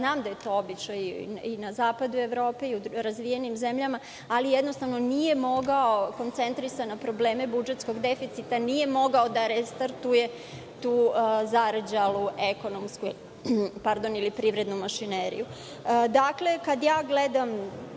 Znam da je to običaj i na zapadu Evrope i u razvijenim zemljama, ali jednostavno nije mogao, koncentrisan na probleme budžetskog deficita, da restartuje tu zarđalu ekonomsku ili privrednu mašineriju. Dakle, kad ja gledam